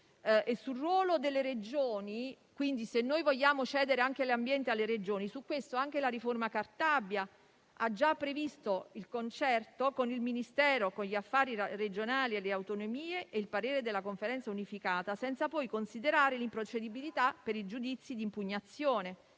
l'ecosistema e beni culturali. Se vogliamo cedere anche l'ambiente alle Regioni, su questo anche la riforma Cartabia ha già previsto il concerto con il Ministero per gli affari regionali e le autonomie e il parere della Conferenza unificata, senza considerare l'improcedibilità per i giudizi di impugnazione.